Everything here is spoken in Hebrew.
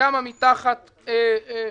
וכמה מתחת ל-3,300.